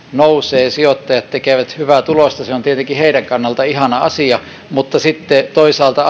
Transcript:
nousee sijoittajat tekevät hyvää tulosta se on tietenkin heidän kannaltaan ihana asia mutta sitten toisaalta